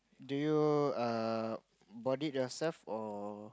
do you err bought it yourself or